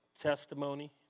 Testimony